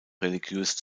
religiös